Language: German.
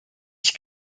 ich